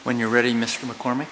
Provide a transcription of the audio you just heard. when you're ready mr mccormick